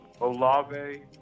Olave